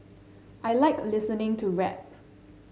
I like listening to rap